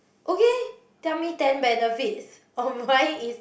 okay tell me ten benefits of why is